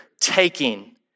taking